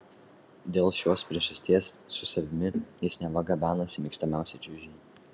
dėl šios priežasties su savimi jis neva gabenasi mėgstamiausią čiužinį